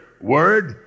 word